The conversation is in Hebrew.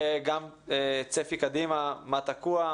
2. צפי קדימה מה תקוע,